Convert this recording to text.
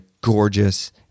gorgeous